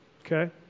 okay